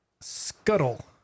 scuttle